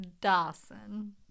Dawson